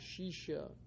Shisha